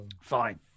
Fine